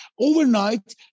Overnight